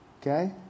Okay